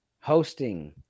hosting